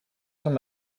from